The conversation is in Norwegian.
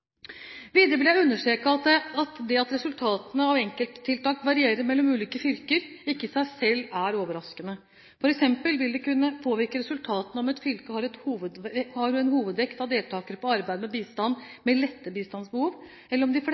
seg selv er overraskende. For eksempel vil det kunne påvirke resultatene om et fylke har en hovedvekt av deltakere på «Arbeid med bistand» med lette bistandsbehov, eller om de